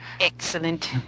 Excellent